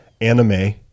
Anime